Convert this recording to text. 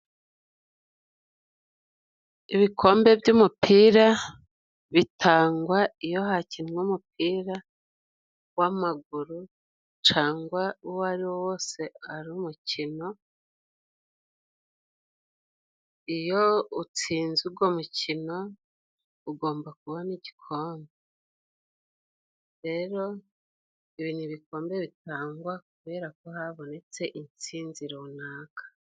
Ibikombe by'umupira bitangwa iyo hakinwe umupira w'amaguru cyangwa uwo ariwo wose ari umukino, iyo utsinze uwo mu kino ugomba kubona igikombe. Rero ibi ni ibikombe bitangwa kubera ko habonetse intsinzi runaka.